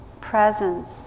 presence